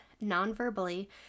non-verbally